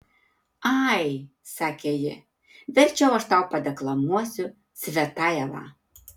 ai sakė ji verčiau aš tau padeklamuosiu cvetajevą